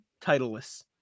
titleless